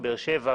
באר-שבע,